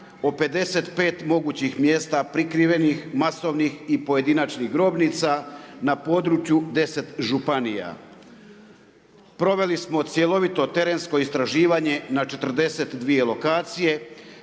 o 55 mogućih mjesta prikrivenih masovnih i pojedinačnih grobnica na području 10 županija. Proveli smo cjelovito terensko istraživanje na 42 lokacije,